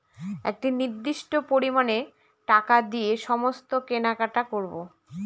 একটি নির্দিষ্ট পরিমানে টাকা দিয়ে সমস্ত কেনাকাটি করবো